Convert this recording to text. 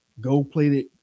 gold-plated